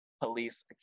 police